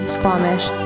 Squamish